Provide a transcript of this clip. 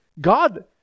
God